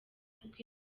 kuko